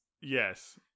yes